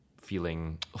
feeling